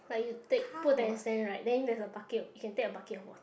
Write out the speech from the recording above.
like you take put ten cent right then there's a bucket what you can take a bucket of water